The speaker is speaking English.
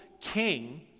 king